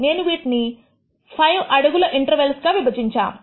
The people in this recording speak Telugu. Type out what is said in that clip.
నేను వీటిని 5 అడుగుల ఇంటర్వెల్స్ విభజించాము